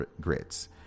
grits